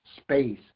space